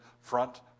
front